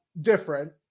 different